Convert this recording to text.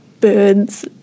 birds